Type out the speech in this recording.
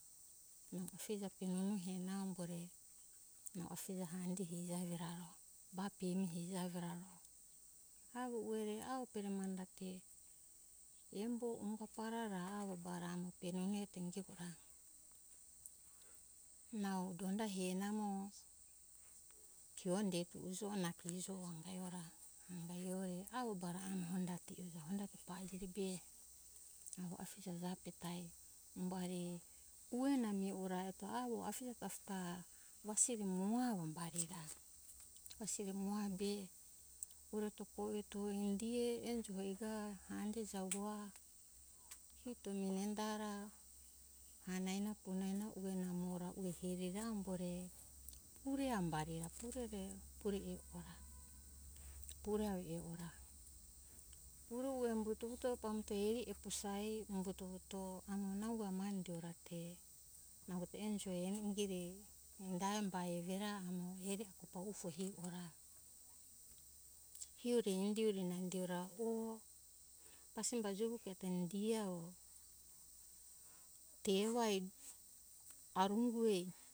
Nau afija penunu ehe na ambore nau afija hande hio evi ra ro ba pemi hi evi r aro avo ue re avo pere nau maha ta ke embo umbo rara bara pere miheto ingito ra nau donda avo he namo kio inde ona uje kijo anga ona anga hi ore avo bara ami hondati ora. hondate pajire be avo afija jape ai umbari ue na mi ora avo afije jape wasiri nomo avo umbari ra wasiri numo avo be pureto koveto do indiue enjo hoi ga hande javo avo hito mine enda da ra hana ena enana hanana re ambore pure ambari ra pure re pure eni ora. pure avo e ora pure ue amboto pambuto eri efusae umbuto amo nha mane indio ra te nango te enjo eni ingere ra eve ra amo eri arufo ivo rah io re indio re pure na indio ra to pasimba juruke eto indiue avo tevai arumbo re.